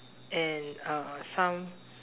and uh some